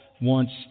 wants